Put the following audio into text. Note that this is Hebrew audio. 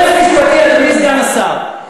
אדוני סגן השר,